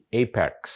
apex